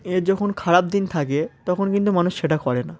এর যখন খারাপ দিন থাকে তখন কিন্তু মানুষ সেটা করে না